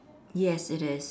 yes it is